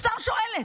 סתם שואלת.